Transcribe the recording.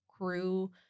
crew